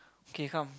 K come